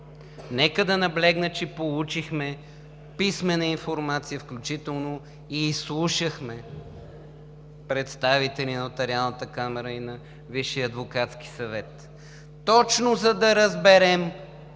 нека да наблегна, че получихме писмена информация, включително и изслушахме представители на Нотариалната камара и на Висшия адвокатски съвет – точно за да разберем